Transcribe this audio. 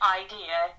idea